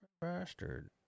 bastard